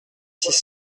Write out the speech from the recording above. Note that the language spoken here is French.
six